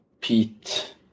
Pete